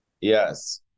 Yes